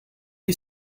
you